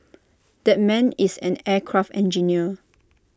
that man is an aircraft engineer